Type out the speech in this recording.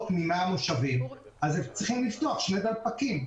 מ-100 מושבים אז צריך לפתוח שני דלפקים.